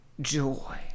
Joy